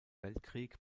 weltkrieg